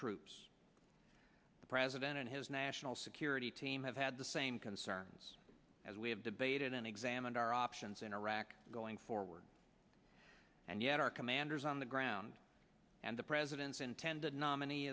troops the president and his national security team have had the same concerns as we have debated and examined our options in iraq going forward and yet our commanders on the ground and the president's intended nominee